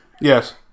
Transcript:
yes